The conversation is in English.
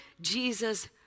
Jesus